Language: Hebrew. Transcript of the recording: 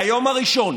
מהיום הראשון